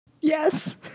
Yes